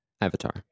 avatar